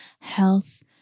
health